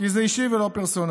כי זה אישי ולא פרסונלי.